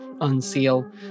unseal